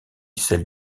celle